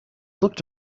looked